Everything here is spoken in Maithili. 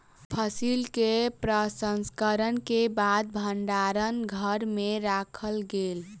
फसिल के प्रसंस्करण के बाद भण्डार घर में राखल गेल